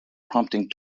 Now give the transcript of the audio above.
prompting